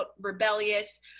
rebellious